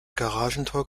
garagentor